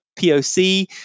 POC